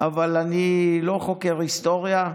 אבל אני לא חוקר היסטוריה,